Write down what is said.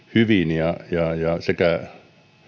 hyvin ja sekä